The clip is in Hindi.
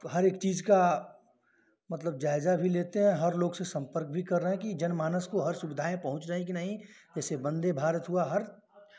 हरेक चीज़ का मतलब जायज़ा भी लेते हैं हर लोग से सम्पर्क भी कर रहे हैं कि जनमानस को हर सुविधाएँ पहुँच रही हैं कि नहीं जैसे वन्दे भारत हुआ हर